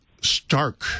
stark